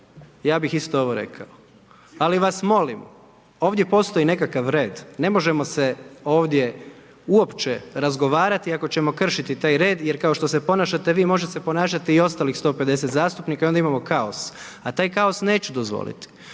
Ja bi isto ovo rekao, ali vas molim ovdje postoji nekakav red, ne možemo se ovdje uopće razgovarati, ako ćemo kršiti taj red, jer kao što se ponašate vi, može se ponašati i ostalih 150 zastupnika i onda imamo kaos a taj kaos neću dozvoliti.